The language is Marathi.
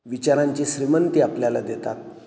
विचारांची श्रीमंती आपल्याला देतात